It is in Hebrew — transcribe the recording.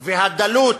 והדלות,